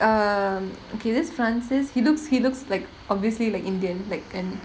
um okay this francis he looks he looks like obviously like indian like an